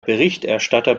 berichterstatter